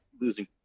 losing